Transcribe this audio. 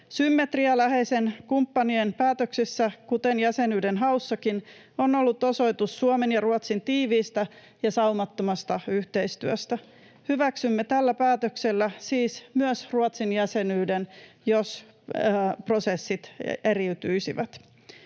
Symmetria läheisten kumppanien päätöksessä, kuten jäsenyyden haussakin, on ollut osoitus Suomen ja Ruotsin tiiviistä ja saumattomasta yhteistyöstä. Hyväksymme tällä päätöksellä siis myös Ruotsin jäsenyyden, jos prosessit eriytyisivät.